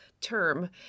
term